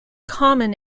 common